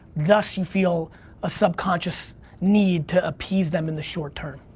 thus you feel a subconscious need to appease them in the short term.